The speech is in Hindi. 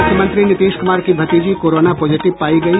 मुख्यमंत्री नीतीश कुमार की भतीजी कोरोना पॉजिटिव पायी गयी